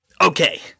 Okay